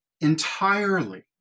entirely